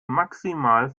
maximal